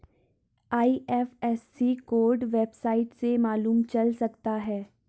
IFSC code website से मालूम चल सकता है